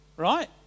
Right